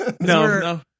No